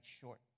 short